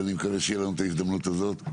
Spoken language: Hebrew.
ואני מקווה שתהיה לנו את ההזדמנות הזאת.